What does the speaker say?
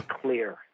Clear